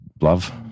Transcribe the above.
love